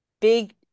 big